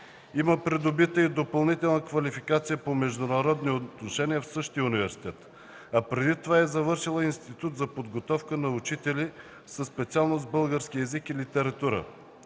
Има придобита и допълнителна квалификация по Международни отношения в същия университет, а преди това е завършила и Институт за подготовка на учители със специалност „Български език и литература”.